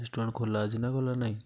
restaurant ଖୋଲା ଅଛି ନା ଖୋଲା ନାହିଁ